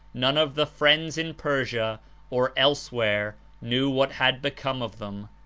none of the friends in persia or elsewhere knew what had become of them.